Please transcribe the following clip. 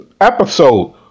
episode